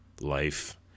Life